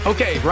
Okay